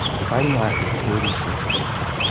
the fighting lasted thirty six days.